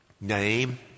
name